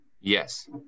Yes